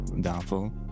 downfall